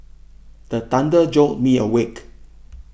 the thunder jolt me awake